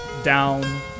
Down